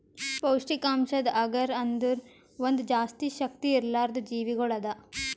ಪೌಷ್ಠಿಕಾಂಶದ್ agar ಅಂದುರ್ ಒಂದ್ ಜಾಸ್ತಿ ಶಕ್ತಿ ಇರ್ಲಾರ್ದು ಜೀವಿಗೊಳ್ ಅದಾ